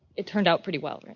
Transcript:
it turned out pretty well,